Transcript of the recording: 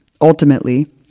Ultimately